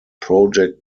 project